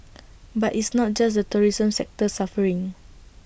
but it's not just the tourism sector suffering